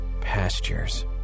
pastures